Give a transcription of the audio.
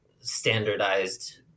standardized